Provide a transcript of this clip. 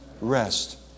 rest